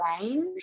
range